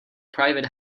private